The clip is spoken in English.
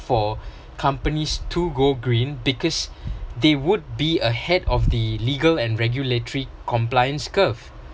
for companies to go green because they would be ahead of the legal and regulatory compliance curve